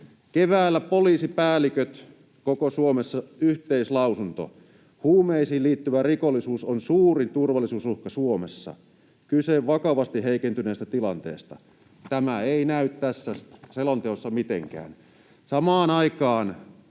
Keväällä poliisipäälliköt koko Suomessa, yhteislausunto: ”Huumeisiin liittyvä rikollisuus on suurin turvallisuusuhka Suomessa. Kyse vakavasti heikentyneestä tilanteesta.” Tämä ei näy tässä selonteossa mitenkään. Samaan aikaan